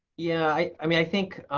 yeah, i mean, i think